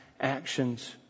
actions